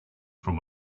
from